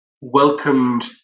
welcomed